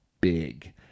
big